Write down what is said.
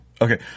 Okay